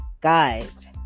guys